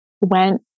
went